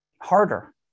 Harder